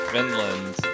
Finland